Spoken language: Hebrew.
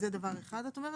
דבר שני,